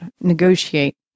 negotiate